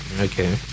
Okay